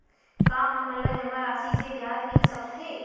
का हमन ला जमा राशि से ब्याज मिल सकथे?